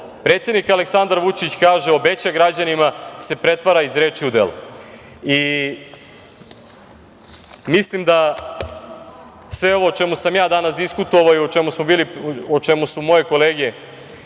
predsednik Aleksandar Vučić kaže, obeća građanima se pretvara iz reči u dela. Mislim da sve ovo o čemu sam ja danas diskutovao i o čemu su moje kolege